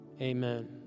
Amen